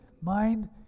mind